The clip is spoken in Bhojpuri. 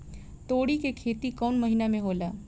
तोड़ी के खेती कउन महीना में होला?